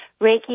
Reiki